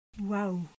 Wow